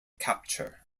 capture